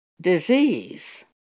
disease